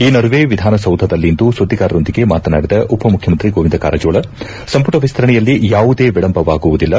ಈ ನಡುವೆ ವಿಧಾನಸೌಧದಲ್ಲಿಂದು ಸುದ್ದಿಗಾರರೊಂದಿಗೆ ಮಾತನಾಡಿದ ಉಪಮುಖ್ಯಮಂತ್ರಿ ಗೋವಿಂದ ಕಾರಜೋಳ ಸಂಪುಟ ವಿಸ್ತರಣೆಯಲ್ಲಿ ಯಾವುದೇ ವಿಳಂಬವಾಗುವುದಿಲ್ಲ